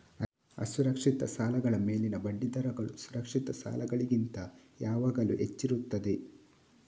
ಅಸುರಕ್ಷಿತ ಸಾಲಗಳ ಮೇಲಿನ ಬಡ್ಡಿ ದರಗಳು ಸುರಕ್ಷಿತ ಸಾಲಗಳಿಗಿಂತ ಯಾವಾಗಲೂ ಹೆಚ್ಚಾಗಿರುತ್ತದೆ